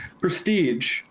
prestige